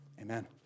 Amen